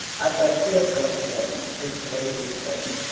i've got fearfully thin since the babies came.